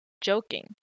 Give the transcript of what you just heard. joking